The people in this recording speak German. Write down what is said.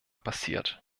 passiert